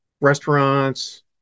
restaurants